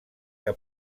que